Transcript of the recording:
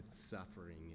suffering